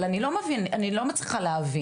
אבל אני לא מצליחה להבין.